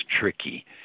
tricky